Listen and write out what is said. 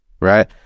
right